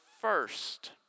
first